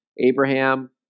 Abraham